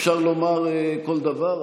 אפשר לומר כל דבר,